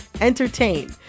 entertain